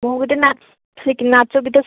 ମୁଁ ଗୋଟେ ନାଚ ଗୀତ